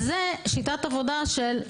זה שיטת עבודה.